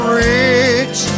rich